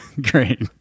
Great